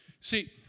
See